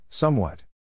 Somewhat